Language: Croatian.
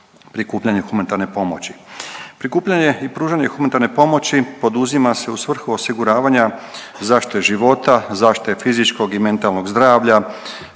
prikupljanje humanitarne pomoći. Prikupljanje i pružanje humanitarne pomoći poduzima se u svrhu osiguravanja zaštite života, zaštite fizičkog i mentalnog zdravlja,